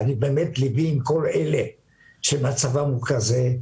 וליבי באמת עם כל אלה שמצבם הוא כזה,